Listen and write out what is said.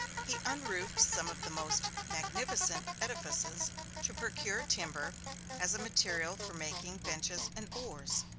he unroofed some of the most magnificent edifices to procure timber as a material for making benches and oars.